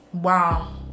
Wow